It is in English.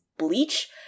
Bleach